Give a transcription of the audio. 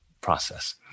process